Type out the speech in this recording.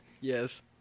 Yes